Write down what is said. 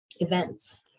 events